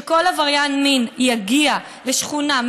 שכל עבריין מין שיגיע לשכונה,